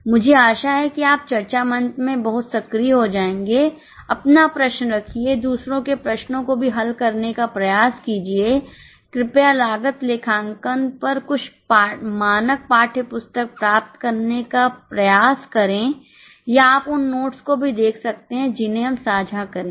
मुझे आशा है कि आप चर्चा मंच में बहुत सक्रिय हो जाएंगे अपना प्रश्न रखिए दूसरों के प्रश्नों को भी हल करने का प्रयास कीजिए कृपया लागत लेखांकन पर कुछ मानक पाठ्यपुस्तक प्राप्त करने का प्रयास करें या आप उन नोट्स को भी देख सकते हैं जिन्हें हम साझा करेंगे